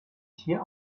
tier